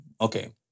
Okay